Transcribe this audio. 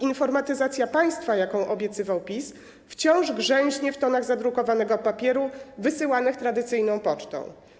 Informatyzacja państwa, jaką obiecywał PiS, wciąż grzęźnie w tonach zadrukowanego papieru wysyłanych tradycyjną pocztą.